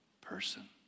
person